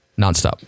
nonstop